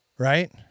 right